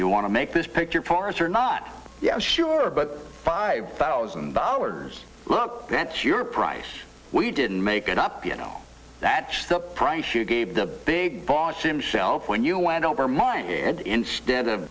want to make this picture for us or not yeah sure but five thousand dollars not that's your price we didn't make it up you know that the price you gave the big boss himself when you went over my head instead of